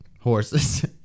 horses